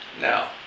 Now